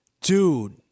dude